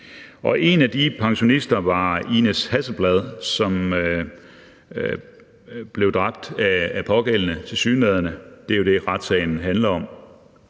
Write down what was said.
En af de pensionister var Inez Hasselblad, som blev dræbt af pågældende – tilsyneladende. Det er jo det, retssagen handler om.